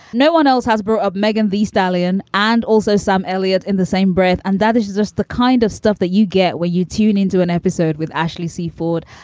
no one else has brought up meghan, these dallin and also some elliott in the same breath. and that is just the kind of stuff that you get when you tune into an episode with ashley c. ford.